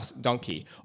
donkey